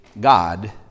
God